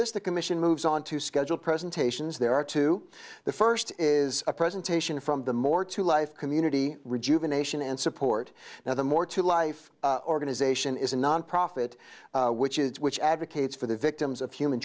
this the commission moves on to schedule presentations there are two the first is a presentation from the more to life community rejuvenation and support now the more to life organization is a nonprofit which is which advocates for the victims of human